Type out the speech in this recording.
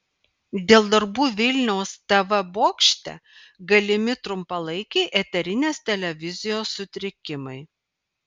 dėl darbų vilniaus tv bokšte galimi trumpalaikiai eterinės televizijos sutrikimai